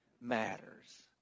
matters